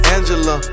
Angela